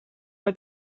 mae